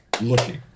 looking